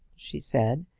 she said,